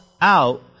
out